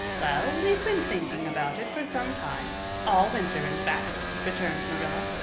well, we've been thinking about it for some time all winter in fact, returned marilla.